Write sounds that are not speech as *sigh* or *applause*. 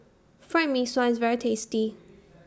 Fried Mee Sua IS very tasty *noise*